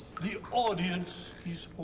the audience is